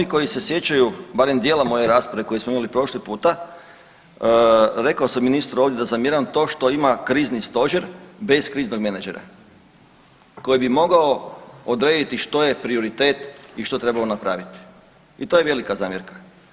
Oni koji se sjećaju barem dijela moje rasprave koju smo imali prošli puta, rekao sam ministru ovdje da zamjeram to što ima krizni stožer bez kriznog menadžera koji bi mogao odrediti što je prioritet i što je trebalo napraviti i to je velika zamjerka.